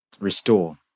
Restore